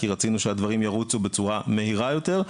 כי רצינו שהדברים ירוצו בצורה מהירה יותר,